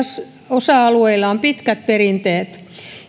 osa alueilla on pitkät perinteet